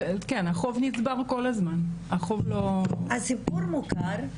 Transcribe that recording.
כן, החוב נצבר כל הזמן, החוב לא הסיפור מוכר?